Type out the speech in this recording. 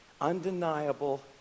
undeniable